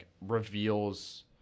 reveals